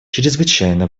чрезвычайно